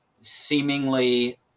seemingly